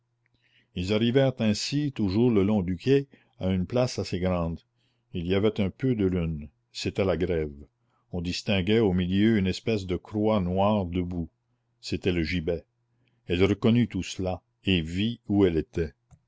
ils arrivèrent ainsi toujours le long du quai à une place assez grande il y avait un peu de lune c'était la grève on distinguait au milieu une espèce de croix noire debout c'était le gibet elle reconnut tout cela et vit où elle était